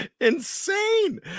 insane